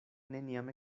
neniam